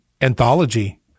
Anthology